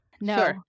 No